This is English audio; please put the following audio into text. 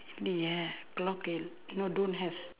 நீ ஏன்:nii een no don't have